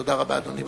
תודה רבה, אדוני.